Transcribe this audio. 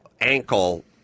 ankle